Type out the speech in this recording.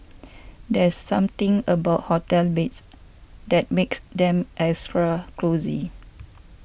there's something about hotel beds that makes them extra cosy